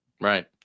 Right